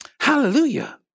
Hallelujah